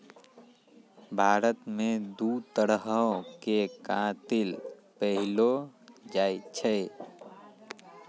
भारत मे दु तरहो के कातिल पैएलो जाय छै